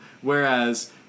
whereas